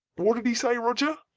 what'd he say, roger?